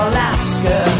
Alaska